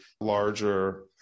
larger